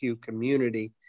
community